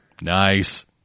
Nice